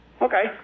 Okay